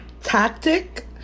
tactic